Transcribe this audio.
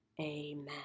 Amen